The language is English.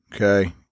okay